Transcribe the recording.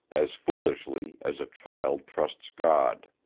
as foolishly as a child trusts god.